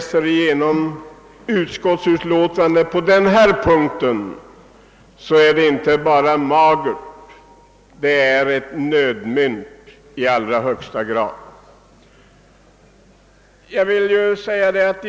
Utskottsutlåtandet är inte bara magert — det är i allra högsta grad ett »nödmynt».